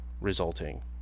resulting